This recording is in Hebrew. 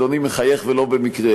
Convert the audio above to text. אדוני מחייך ולא במקרה,